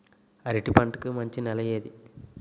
అరటి పంట కి మంచి నెల ఏది?